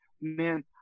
man